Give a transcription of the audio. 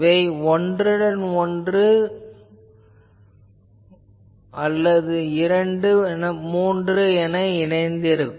இவை ஒன்றுடன் ஒன்று அல்லது மூன்று இணைந்திருக்கும்